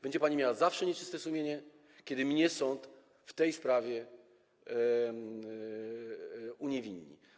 Będzie pani miała zawsze nieczyste sumienie, kiedy mnie sąd w tej sprawie uniewinni.